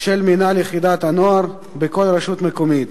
של מנהל יחידת הנוער בכל רשות מקומית,